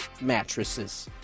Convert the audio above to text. mattresses